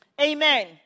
Amen